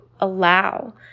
allow